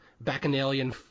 Bacchanalian